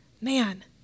man